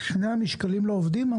האם אמרת ששני המשקלים לא עובדים?